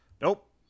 Nope